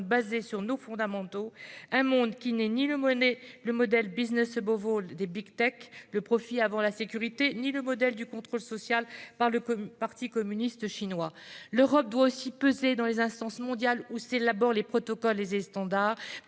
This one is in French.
valeurs fondamentales, un monde qui n'exprime ni le modèle de la- le profit avant la sécurité -ni le modèle du contrôle social par le parti communiste chinois. L'Europe doit aussi peser dans les instances mondiales où s'élaborent les protocoles et les standards.